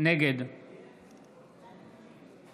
נגד האם יש מישהו